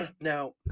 Now